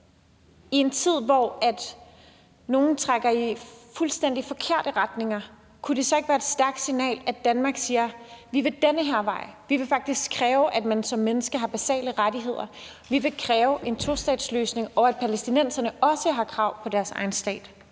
I en tid, hvor nogle trækker i fuldstændig forkerte retninger, kunne det så ikke være et stærkt signal, hvis Danmark sagde: Vi vil den her vej, vi vil faktisk kræve, at man som menneske har basale rettigheder, vi vil kræve en tostatsløsning, og at palæstinenserne også har krav på deres egen stat?